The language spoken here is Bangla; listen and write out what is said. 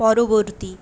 পরবর্তী